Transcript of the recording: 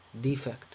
defect